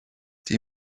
die